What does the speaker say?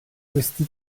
questi